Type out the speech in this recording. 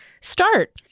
start